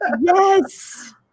Yes